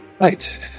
Right